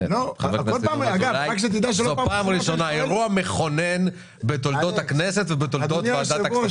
זה אירוע מכונן בתולדות הכנסת ובתולדות ועדת הכספים?